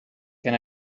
can